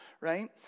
right